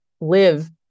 live